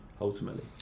ultimately